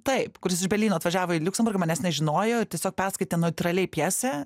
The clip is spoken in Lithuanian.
taip kuris iš berlyno atvažiavo į liuksemburgą manęs nežinojo ir tiesiog perskaitė natūraliai pjesę